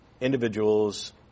individuals